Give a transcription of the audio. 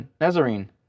Nazarene